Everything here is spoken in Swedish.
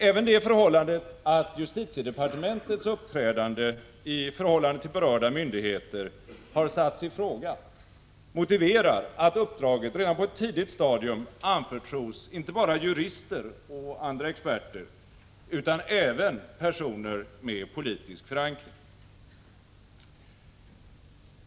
Även det förhållandet att justitiedepartementets uppträdande i förhållande till berörda myndigheter har satts i fråga motiverar att uppdraget redan på ett tidigt stadium anförtros inte bara jurister och andra experter utan även personer med politisk förankring.